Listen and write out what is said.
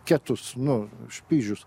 ketus nu špižius